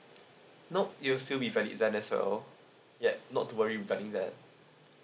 nope it will still be valid then as well ya not to worry regarding that